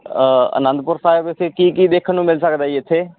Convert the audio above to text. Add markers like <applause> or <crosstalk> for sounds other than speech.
<unintelligible> ਅਨੰਦਪੁਰ ਸਾਹਿਬ ਵੈਸੇ ਕੀ ਕੀ ਦੇਖਣ ਨੂੰ ਮਿਲ ਸਕਦਾ ਜੀ ਇੱਥੇ